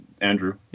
Andrew